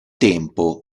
tempo